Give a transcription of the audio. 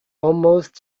almost